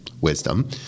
wisdom